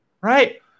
right